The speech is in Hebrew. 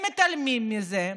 הם מתעלמים מזה.